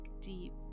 deep